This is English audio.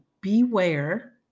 Beware